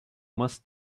must